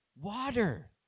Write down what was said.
water